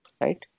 right